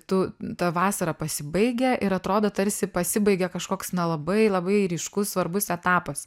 tu ta vasara pasibaigia ir atrodo tarsi pasibaigia kažkoks na labai labai ryškus svarbus etapas